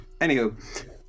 Anywho